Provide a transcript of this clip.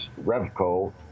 Revco